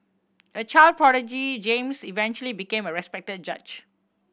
a child prodigy James eventually became a respected judge